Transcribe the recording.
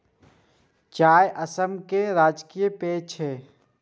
चाय असम केर राजकीय पेय छियै